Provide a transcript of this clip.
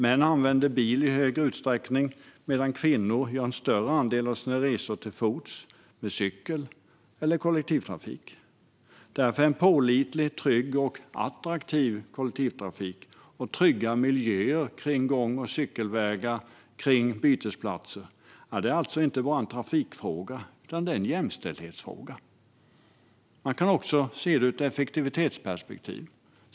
Män använder i större utsträckning bil, medan kvinnor gör en större andel av sina resor till fots, med cykel eller med kollektivtrafik. Därför är en pålitlig, trygg och attraktiv kollektivtrafik och trygga miljöer kring gång och cykelvägar och bytesplatser inte bara en trafikfråga utan också en jämställdhetsfråga. Man kan även se detta ur ett effektivitetsperspektiv.